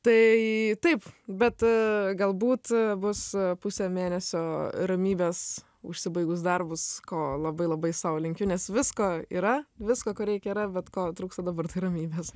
tai taip bet galbūt bus pusė mėnesio ramybės užsibaigus darbus ko labai labai savo linkiu nes visko yra visko ko reikia yra bet ko trūksta dabar tai ramybės